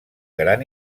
gran